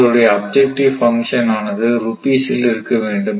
உங்களுடைய objective function ஆனது rupees இல் இருக்க வேண்டும்